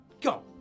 go